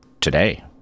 Today